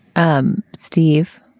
um steve,